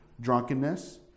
drunkenness